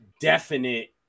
definite